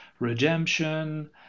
redemption